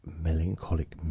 melancholic